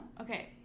Okay